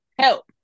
help